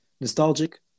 Nostalgic